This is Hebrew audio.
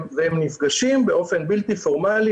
והם נפגשים באופן בלתי פורמלי.